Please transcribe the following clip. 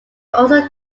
also